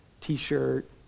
t-shirt